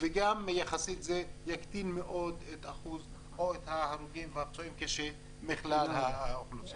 וגם יחסית זה יקטין מאוד את אחוז ההרוגים והפצועים מכלל האוכלוסייה.